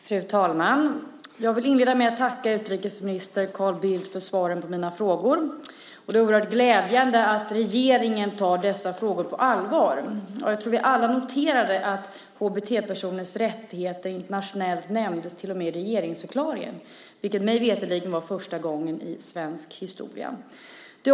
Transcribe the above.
Fru talman! Jag vill inleda med att tacka utrikesminister Carl Bildt för svaren på mina frågor. Det är oerhört glädjande att regeringen tar dessa frågor på allvar. Jag tror att vi alla noterade att HBT-personers rättigheter internationellt nämndes till och med i regeringsförklaringen, vilket mig veterligen var första gången i svensk historia.